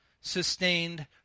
sustained